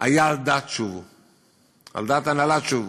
היו על דעת הנהלת "שובו",